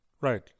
right